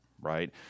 right